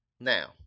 Now